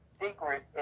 secret